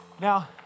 Now